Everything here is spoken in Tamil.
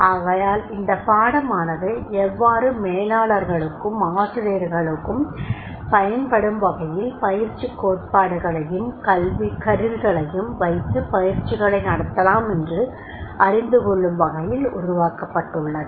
ஆகையால் இந்தப் பாடமானது எவ்வாறு மேலளர்களுக்கும் ஆசிரியர்களுக்கும் பயன்படும் வகையில் பயிற்சி கோட்பாடுகளையும் கருவி களையும் வைத்து பயிற்சிகளை நடத்தலாம் என்று அறிந்துகொள்ளும் வகையில் உருவாக்கப்பட்டுள்ளது